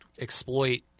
exploit